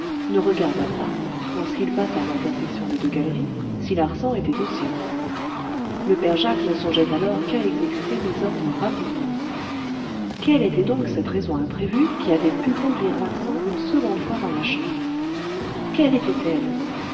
ne regarda pas lorsqu'il passa à l'intersection des deux galeries si larsan était au sien le père jacques ne songeait alors qu'à exécuter mes ordres rapidement quelle était donc cette raison imprévue qui avait pu conduire larsan une seconde fois dans la chambre je